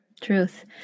truth